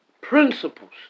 principles